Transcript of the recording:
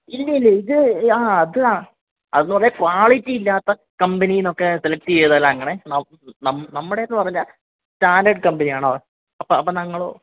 ഇല്ലില്ല ഇത് ആ അത് അതെന്നു പറഞ്ഞാൽ ക്വാളിറ്റി ഇല്ലാത്ത കമ്പനി എന്നൊക്കെ സെലക്ട് ചെയ്താലങ്ങനെ നമ്മുടെയെന്നു പറഞ്ഞാൽ സ്റ്റാൻഡേർഡ് കമ്പനിയാണ് അപ്പോൾ ഞങ്ങളോ